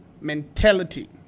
Mentality